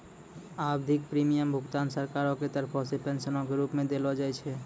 आवधिक प्रीमियम भुगतान सरकारो के तरफो से पेंशनो के रुप मे देलो जाय छै